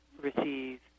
receive